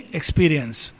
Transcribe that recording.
experience